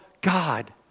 God